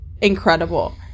incredible